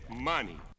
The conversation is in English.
money